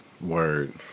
Word